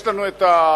יש לנו הפשע,